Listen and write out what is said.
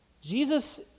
Jesus